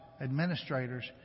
administrators